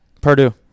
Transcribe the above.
Purdue